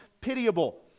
pitiable